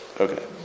Okay